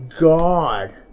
god